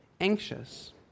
anxious